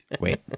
Wait